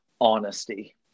honesty